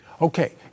okay